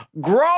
grow